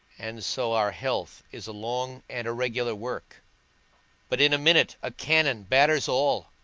and so our health is a long and a regular work but in a minute a cannon batters all,